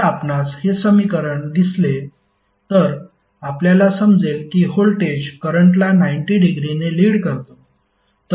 जर आपणास हे समीकरण दिसले तर आपल्याला समजेल की व्होल्टेज करंटला 90 डिग्रीने लीड करतो